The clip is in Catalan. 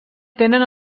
tenen